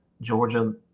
Georgia